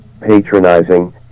patronizing